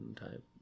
type